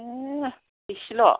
इसेल'